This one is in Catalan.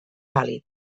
pàl·lid